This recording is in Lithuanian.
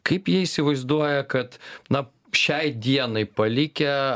kaip jie įsivaizduoja kad na šiai dienai palikę